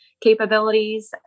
capabilities